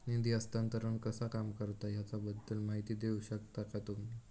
निधी हस्तांतरण कसा काम करता ह्याच्या बद्दल माहिती दिउक शकतात काय?